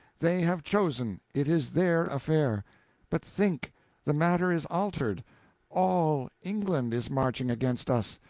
they have chosen it is their affair but think the matter is altered all england is marching against us!